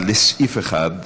1, לסעיף 1,